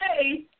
Hey